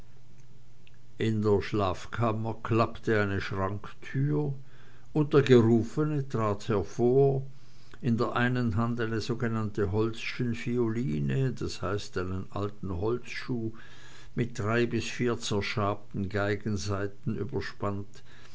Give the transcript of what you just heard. in der schlafkammer klappte eine schranktür und der gerufene trat hervor in der einen hand eine sogenannte holzschenvioline d h einen alten holzschuh mit drei bis vier zerschabten geigensaiten überspannt